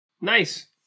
nice